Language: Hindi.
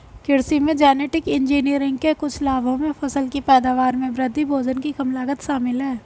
कृषि में जेनेटिक इंजीनियरिंग के कुछ लाभों में फसल की पैदावार में वृद्धि, भोजन की कम लागत शामिल हैं